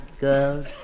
girls